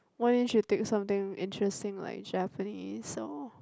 why didn't you take something interesting like Japanese or